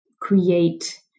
create